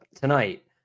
tonight